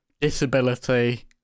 disability